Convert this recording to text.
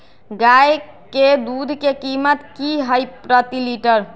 गाय के दूध के कीमत की हई प्रति लिटर?